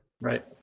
Right